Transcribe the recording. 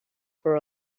for